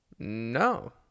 No